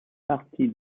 partie